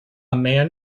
man